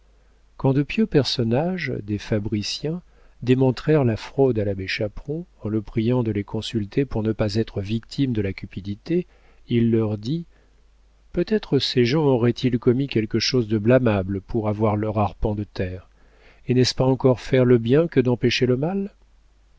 quand de pieux personnages des fabriciens démontrèrent la fraude à l'abbé chaperon en le priant de les consulter pour ne pas être victime de la cupidité il leur dit peut-être ces gens auraient-ils commis quelque chose de blâmable pour avoir leur arpent de terre et n'est-ce pas encore faire le bien que d'empêcher le mal